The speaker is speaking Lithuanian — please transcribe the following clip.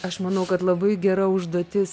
aš manau kad labai gera užduotis